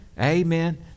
Amen